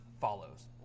follows